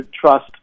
trust